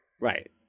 Right